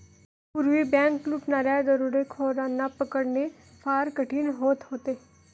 पूर्वी बँक लुटणाऱ्या दरोडेखोरांना पकडणे फार कठीण होत होते